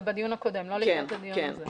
זה בדיון הקודם, לא לקראת הדיון הזה.